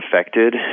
affected